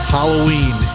Halloween